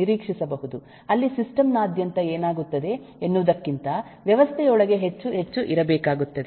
ನಿರೀಕ್ಷಿಸಬಹುದು ಅಲ್ಲಿ ಸಿಸ್ಟಮ್ ನಾದ್ಯಂತ ಏನಾಗುತ್ತದೆ ಎನ್ನುವುದಕ್ಕಿಂತ ವ್ಯವಸ್ಥೆಯೊಳಗೆ ಹೆಚ್ಚು ಹೆಚ್ಚು ಇರಬೇಕಾಗುತ್ತದೆ